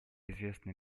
известные